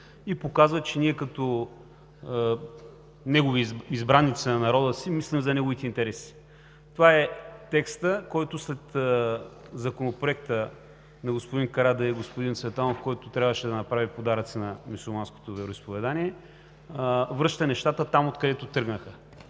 и показва, че ние като избраници на народа си мислим за неговите интереси. Това е текстът, който след Законопроекта на господин Карадайъ и господин Цветанов, който трябваше да направи подаръци на мюсюлманското вероизповедание, връща нещата там, откъдето тръгнаха